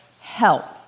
help